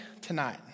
tonight